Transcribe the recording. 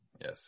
Yes